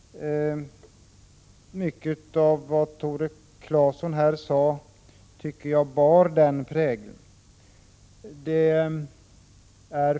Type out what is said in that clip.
Mycket av det Tore Claeson sade tycker jag bar den prägeln.